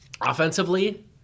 Offensively